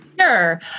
Sure